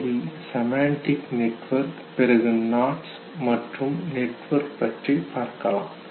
முதலில் semantic network பிறகு nodes மற்றும் நெட்வொர்க்கை பற்றி பார்க்கலாம்